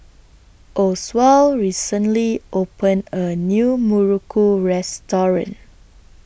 Oswald recently opened A New Muruku Restaurant